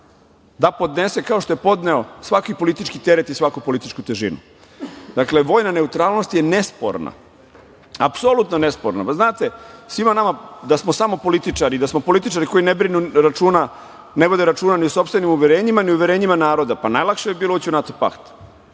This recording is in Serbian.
da podnese, kao što je podneo svaki politički teret i svaku političku težinu? Dakle, vojna neutralnost je nesporna, apsolutno nesporna. Znate, svima nama, da smo samo političari, da smo političari koji ne vode računa ni o sopstvenim uverenjima, ni uverenjima naroda, pa najlakše bi bilo ući u NATO pakt.